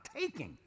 taking